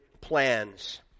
plans